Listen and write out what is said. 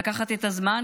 לקחת את הזמן